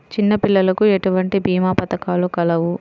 చిన్నపిల్లలకు ఎటువంటి భీమా పథకాలు కలవు?